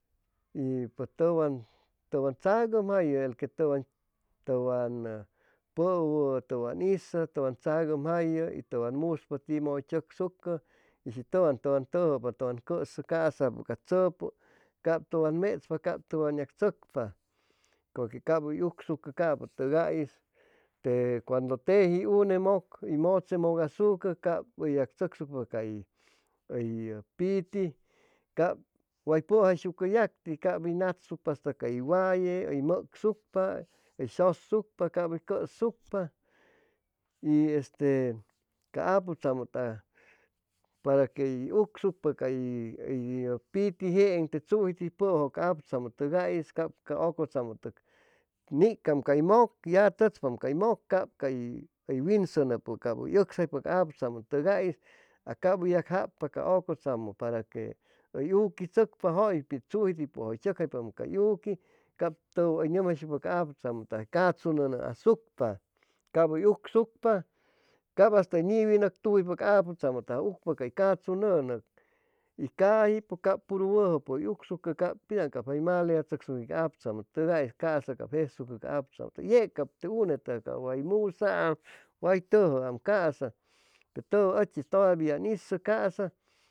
Y pʉj tʉwan tʉwan tzagʉŋjayʉ el que tʉwan tʉwan pʉwʉ tʉwan izʉ tʉwan tzagʉnjayʉ y tʉwan muspa timʉdʉ hʉy tzʉcsucʉ y shi tʉwan tʉwan tʉjʉpa tʉwan cʉsʉpʉ casapʉ ca tzʉpʉcap tʉwan mechpa cap tʉwan yac tzʉcpa conque cap hʉy ucsucʉ capʉtʉgais te cuando teji une mʉg hʉy mʉche mʉg asucʉ cap hʉy yagtzʉcsucpa cay hʉy piti cap way pʉjayshucʉ yactiy cap hʉy natsucpasta cay waye hʉy mʉcsucpa hʉy shʉsucpa cap hʉy cʉsucpa y este ca aputzamʉtʉgais par que hʉy ucsucpa cay hʉyyʉ pitigeen te tzujiti cap ca aputzamʉtʉgais niikam cay mʉc ya tʉchpam cay mʉʉccap cap cay winsʉnʉpʉ cap hʉy ʉcsjaipa aputzamʉtʉgais aa cap hʉy yajacpa ca ʉcʉtzamʉ para que hʉy uqui tzʉcpa jʉypit tzujitipʉjʉ hʉy tzʉcjaishucpam cay uqui cap hʉy nʉmjaishucpa ca apʉtzamʉtʉgais cachu nʉ asucpa cap hʉy ucsucpa cap hasta hʉy niwi nʉctujʉypa ca aptzamʉtʉg hʉy ucpa cay cachu nʉnʉg y caji pʉj cap puru wʉjʉ hʉy ucsucʉ cap pitzaŋ cap jai maleatzʉcsucqui ca aputzamʉtʉgais ca'sa cap jesucʉ ca aputzamʉtʉgais yec cap te unetʉgais cap way musaam way tʉjʉam ca'sa, ʉchi todavia ʉn izʉ ca'sa